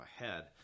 ahead